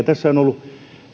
tässä on ollut